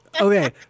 Okay